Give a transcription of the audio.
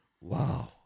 Wow